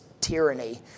tyranny